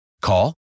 Call